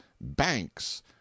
banks